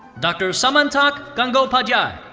dr. samantak gangopadhyay.